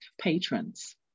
patrons